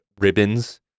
ribbons